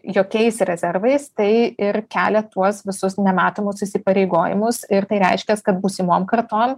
jokiais rezervais tai ir kelia tuos visus nematomus įsipareigojimus ir tai reiškia kad būsimom kartom